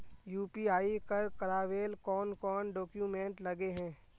UPI कर करावेल कौन कौन डॉक्यूमेंट लगे है?